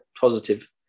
positive